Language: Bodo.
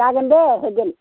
जागोन दे होगोन